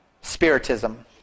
Spiritism